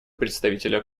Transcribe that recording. представителя